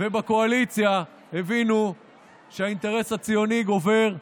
ובקואליציה הבינו שהאינטרס הציוני גובר.